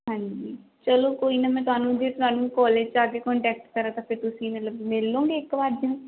ਹਾਂਜੀ ਚੱਲੋ ਕੋਈ ਨਾ ਮੈਂ ਤੁਹਾਨੂੰ ਜੇ ਤੁਹਾਨੂੰ ਕੋਲਜ 'ਚ ਆਕੇ ਕੋਂਟੈਕਟ ਕਰਾਂ ਤਾਂ ਫਿਰ ਤੁਸੀਂ ਮਤਲਬ ਮਿਲ ਲਉਂਗੇ ਇੱਕ ਵਾਰ